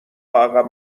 عقب